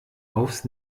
aufs